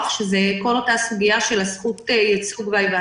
כשזה כל אותה סוגיה של הזכות להיוועצות